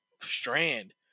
strand